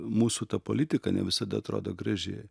mūsų ta politika ne visada atrodo graži